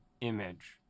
image